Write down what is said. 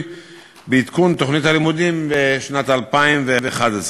מי שישיב לו הוא סגן שר הביטחון חבר הכנסת אלי בן-דהן.